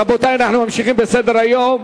רבותי, אנחנו ממשיכים בסדר-היום: